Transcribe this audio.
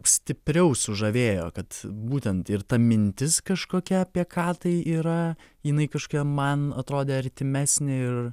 stipriau sužavėjo kad būtent ir ta mintis kažkokia apie ką tai yra jinai kažkokia man atrodė artimesnė ir